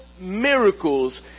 miracles